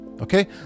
Okay